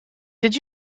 did